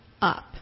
up